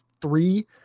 three